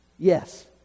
Yes